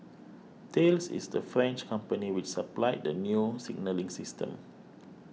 thales is the French company which supplied the new signalling system